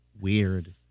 weird